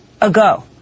ago